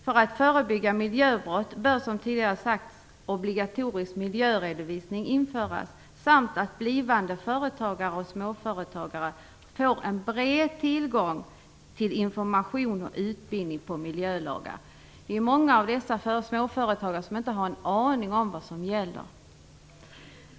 För att förebygga miljöbrott bör, som tidigare har sagts, en obligatorisk miljöredovisning införas, samt att blivande företagare och småföretagare får en bred tillgång till information och utbildning om miljölagar. Det är många av dessa småföretagare som inte har någon aning om vad som gäller.